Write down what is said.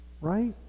Right